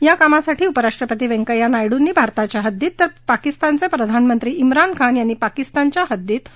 या कामासाठी उपराष्ट्रपती वैंकय्या नायडूंनी भारताच्या हद्दीत तर पाकिस्तानचे प्रधानमंत्री भानखान यांनी पाकिस्तानच्या हद्दीत कोनशिला उभारली होती